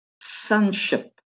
sonship